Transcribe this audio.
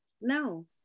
No